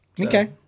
Okay